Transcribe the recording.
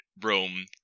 Rome